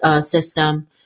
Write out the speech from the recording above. system